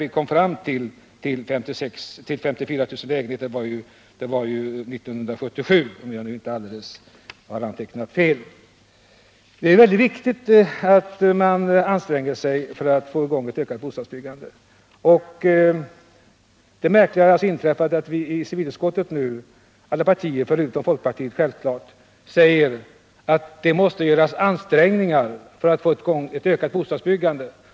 Vi kom ju fram till 54 000 lägenheter 1977, om jag inte har antecknat alldeles fel. Det är viktigt att vi anstränger oss för att få i gång ett ökat bostadsbyggande. Det märkliga har inträffat att alla partier i civilutskottet utom folkpartiet, självklart, säger att ansträngningar måste göras för att få i gång ett ökat bostadsbyggande.